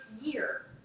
year